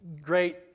great